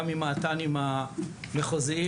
גם האת"נים המחוזיים,